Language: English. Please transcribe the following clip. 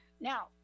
Now